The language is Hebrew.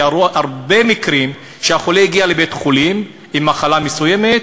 אירעו הרבה מקרים שחולה הגיע לבית-חולים עם מחלה מסוימת,